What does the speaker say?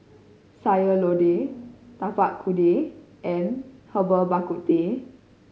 Sayur Lodeh Tapak Kuda and Herbal Bak Ku Teh